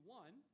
one